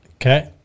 Okay